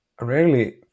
rarely